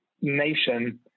nation